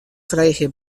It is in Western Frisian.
freegje